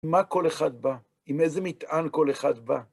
מה כל אחד בא? עם איזה מטען כל אחד בא?